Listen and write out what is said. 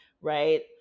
right